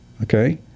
Okay